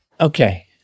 Okay